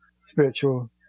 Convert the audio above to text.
spiritual